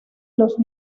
los